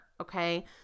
okay